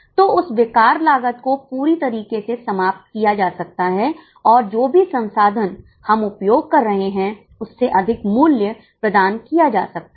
तो उस बेकार लागत को पूरी तरीके से समाप्त किया जा सकता है और जो भी संसाधन हम उपयोग कर रहे हैं उससे अधिक मूल्य प्रदान किया जा सकता है